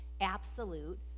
absolute